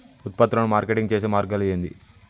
ఉత్పత్తులను మార్కెటింగ్ చేసే మార్గాలు ఏంది?